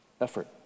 effort